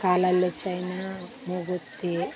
ಕಾಲಲ್ಲೂ China ಮೂಗುತಿ